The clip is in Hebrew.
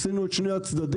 עשינו את שני הצדדים.